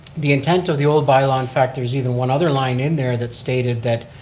the intent of the old by-law, in fact, there's even one other line in there that stated that